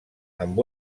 amb